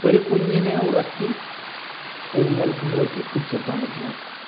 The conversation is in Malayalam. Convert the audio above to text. ഒരു കുഞ്ഞിനെ ഉറക്കി എഴുന്നേൽക്കുമ്പഴേക്ക് തിരിച്ചെത്താൻ പറ്റുന്ന അവസ്ഥ